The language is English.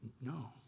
No